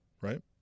right